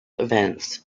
events